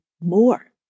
more